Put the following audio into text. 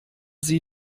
sie